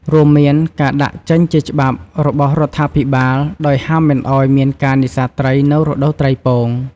រួមមានការដាក់ចេញជាច្បាប់របស់រដ្ឋាភិបាល ដោយហាមមិនអោយមានការនេសាទត្រី នៅរដូវត្រីពង។